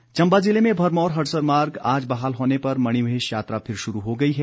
मणिमहेश चंबा जिले में भरमौर हड़सर मार्ग आज बहाल होने पर मणिमहेश यात्रा फिर शुरू हो गई है